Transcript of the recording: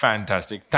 Fantastic